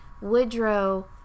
Woodrow